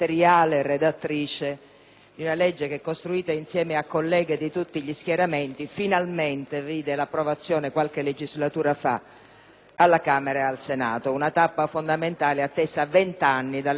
una legge che, costruita insieme a colleghe di tutti gli schieramenti, finalmente vide l'approvazione qualche legislatura fa alla Camera e al Senato: una tappa fondamentale, attesa vent'anni dalle donne di questo Paese.